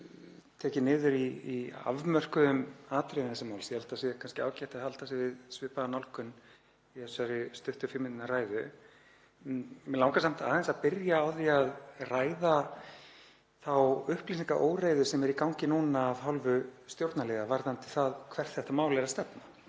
gripið niður í afmörkuð atriði þessa máls. Ég held að það sé kannski ágætt að halda sig við svipaða nálgun í þessari stuttu fimm mínútna ræðu. Mig langar samt aðeins að byrja á því að ræða þá upplýsingaóreiðu sem er í gangi núna af hálfu stjórnarliða varðandi það hvert þetta mál er að stefna.